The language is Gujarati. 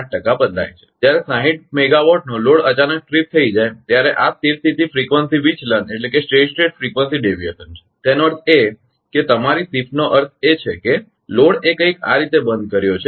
5 ટકા બદલાય છે જ્યારે 60 મેગાવાટનો લોડ અચાનક ટ્રિપ થઈ જાય ત્યારે આ સ્થિર સ્થિતી ફ્રીકવંસી વિચલન છે તેનો અર્થ એ કે તમારી શિફ્ટ નો અર્થ એ છે કે લોડ એ કંઈક આ રીતે બંધ કર્યો છે